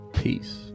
peace